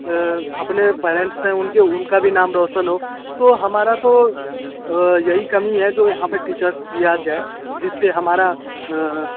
अपने पेरेंट्स है उनके उनका भी नाम रौशन हो तो हमारा तो यही कमी है जो यहाँ पर टीचर्स दिया जाए जिससे हमारा